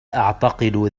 أعتقد